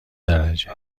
درجه